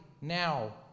now